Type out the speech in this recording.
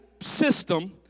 system